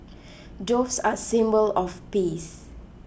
doves are a symbol of peace